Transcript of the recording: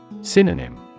Synonym